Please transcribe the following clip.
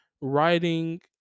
writing